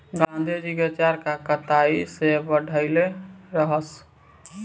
गाँधी जी चरखा कताई के बढ़इले रहस